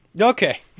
Okay